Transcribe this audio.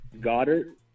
Goddard